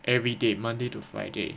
every day monday to friday